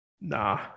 Nah